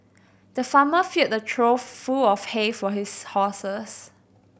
the farmer filled a trough full of hay for his horses